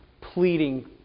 pleading